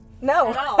No